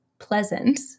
Pleasant